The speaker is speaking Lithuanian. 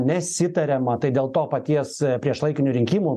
nesitariama tai dėl to paties priešlaikinių rinkimų